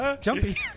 Jumpy